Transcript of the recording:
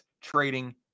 trading